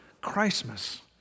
Christmas